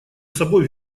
собой